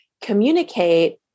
communicate